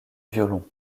violon